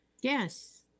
Yes